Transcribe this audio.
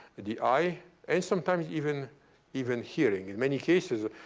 the eye and sometimes even even hearing. in many cases,